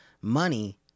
money